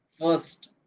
first